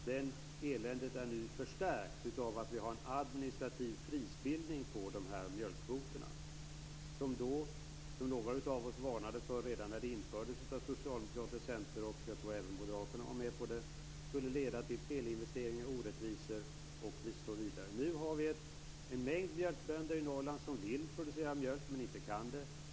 Det eländet har nu förstärkts av att vi har en administrativ prisbildning på dessa mjölkkvoter. Några av oss varnade för detta redan när det infördes av Socialdemokraterna och Centern, och jag tror att även Moderaterna var med på det. Vi sade att det skulle leda till felinvesteringar, orättvisor, osv. Nu har vi en mängd mjölkbönder i Norrland som vill producera mjölk men som inte kan göra det.